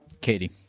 katie